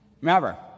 Remember